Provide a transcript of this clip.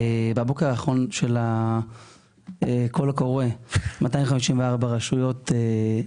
בקול הקורא, 256 רשויות כבר נרשמו.